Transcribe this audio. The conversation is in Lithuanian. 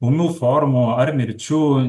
ūmių formų ar mirčių